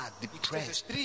depressed